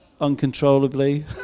uncontrollably